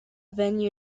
venue